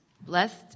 Blessed